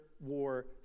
war